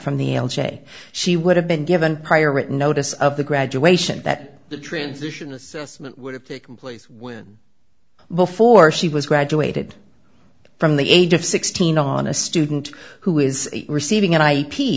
from the way she would have been given prior written notice of the graduation that the transition assessment would have taken place when before she was graduated from the age of sixteen on a student who is receiving an i p